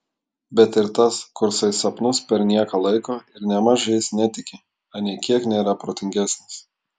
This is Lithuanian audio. bet ir tas kursai sapnus per nieką laiko ir nėmaž jais netiki anei kiek nėra protingesnis